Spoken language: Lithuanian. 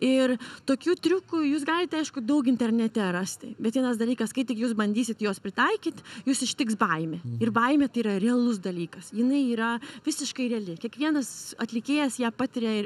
ir tokių triukų jūs galite aišku daug internete rasti bet vienas dalykas kai tik jūs bandysit juos pritaikyt jus ištiks baimė ir baimė tai yra realus dalykas jinai yra visiškai reali kiekvienas atlikėjas ją patiria